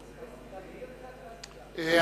תבהיר.